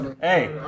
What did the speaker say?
Hey